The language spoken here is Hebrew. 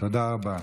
תודה רבה.